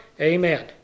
Amen